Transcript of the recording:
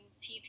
tv